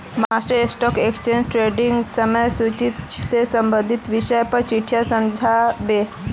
master stock exchange ट्रेडिंगक समय सूची से संबंधित विषय पर चट्टीयाक समझा बे